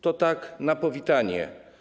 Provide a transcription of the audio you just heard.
To tak na powitanie.